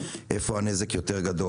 איפה הנזק גדול יותר.